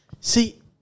See